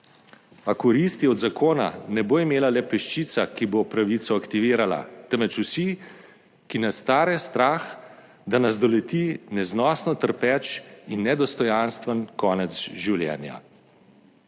A koristi od zakona ne bo imela le peščica, ki bo pravico aktivirala, temveč vsi, ki nas tare strah, da nas doleti neznosno trpeč in nedostojanstven konec življenja.